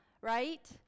right